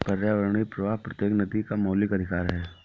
पर्यावरणीय प्रवाह प्रत्येक नदी का मौलिक अधिकार है